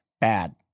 bad